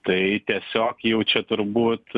tai tiesiog jau čia turbūt